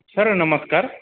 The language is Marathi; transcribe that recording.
सर नमस्कार